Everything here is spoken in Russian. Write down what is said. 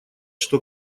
что